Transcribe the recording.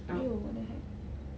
!eww! what the heck